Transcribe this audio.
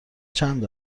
چند